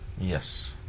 Yes